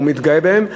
והוא מתגאה בהן,